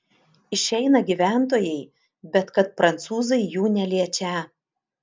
išeina gyventojai bet kad prancūzai jų neliečią